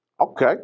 Okay